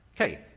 Okay